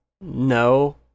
no